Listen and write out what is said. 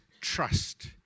trust